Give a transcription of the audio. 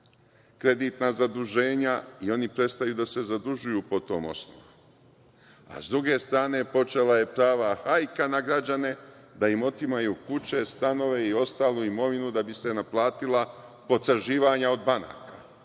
kreditna zaduženja i oni prestaju da se zadužuju po tom osnovu.S druge strane, počela je prava hajka na građane da im otimaju kuće, stanove i ostalu imovinu da bi se naplatila potraživanja od banaka,